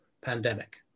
pandemic